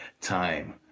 time